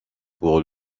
pour